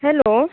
hello